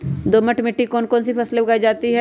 दोमट मिट्टी कौन कौन सी फसलें उगाई जाती है?